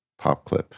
PopClip